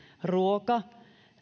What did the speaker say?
ruoka